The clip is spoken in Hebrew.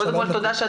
אני רוצה